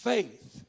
Faith